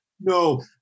No